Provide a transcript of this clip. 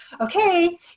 okay